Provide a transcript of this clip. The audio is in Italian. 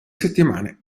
settimane